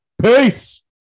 Peace